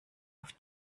auf